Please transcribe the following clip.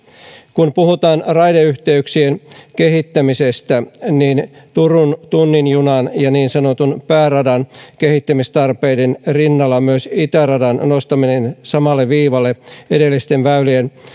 kun puhutaan raideyhteyksien kehittämisestä niin turun tunnin junan ja niin sanotun pääradan kehittämistarpeiden rinnalla myös itäradan nostaminen samalle viivalle edellisten väylien